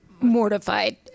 mortified